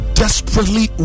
desperately